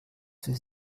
für